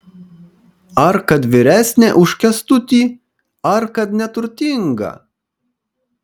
ar kad vyresnė už kęstutį ar kad neturtinga